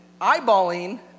eyeballing